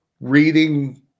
reading